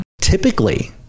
typically